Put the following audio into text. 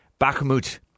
Bakhmut